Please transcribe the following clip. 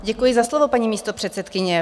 Děkuji za slovo, paní místopředsedkyně.